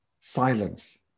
silence